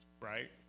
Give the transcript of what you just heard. right